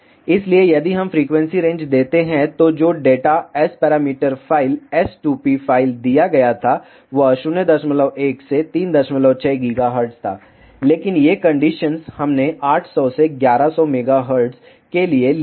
इसलिए यदि हम फ्रिक्वेंसी रेंज देते हैं तो जो data S parameter file s2p file दिया गया था वह 01 से 36 GHz था लेकिन ये कंडीशंस हमने 800 से 1100 MHz के लिए ली हैं